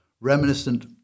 reminiscent